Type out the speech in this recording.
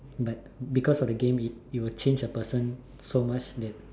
but because of the game it will change a person so much that